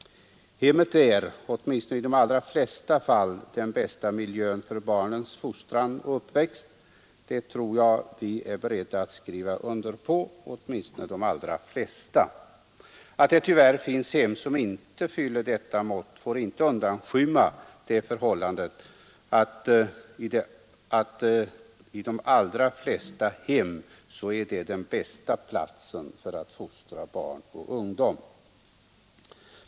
Hemmet är, åtminstone i de allra flesta fall, den bästa miljön för barnens fostran och uppväxt, det tror jag att nästan alla är beredda att skriva under på. Att det tyvärr finns hem som inte fyller detta mått får inte undanskymma det förhållandet att hemmet i de allra flesta fall är den bästa platsen för fostran av barn och ungdom.